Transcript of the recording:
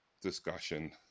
discussion